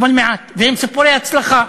אבל מעט, והם סיפורי הצלחה.